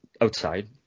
outside